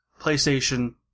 PlayStation